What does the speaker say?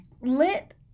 lit